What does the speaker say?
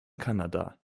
kanada